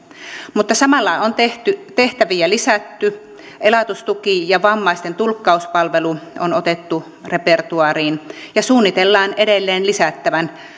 mutta samalla on tehtäviä lisätty elatustuki ja vammaisten tulkkauspalvelu on otettu repertuaariin ja suunnitellaan edelleen lisättävän